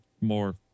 more